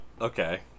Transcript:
okay